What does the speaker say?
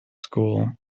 school